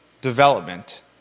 development